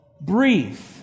Breathe